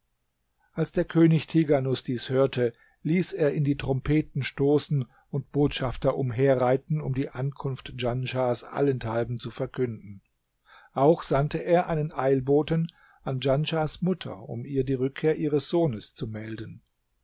als der könig tighanus dies hörte ließ er in die trompeten stoßen und botschafter umherreiten um die ankunft djanschahs allenthalben zu verkünden auch sandte er einen eilboten an djanschahs mutter um ihr die rückkehr ihres sohnes zu melden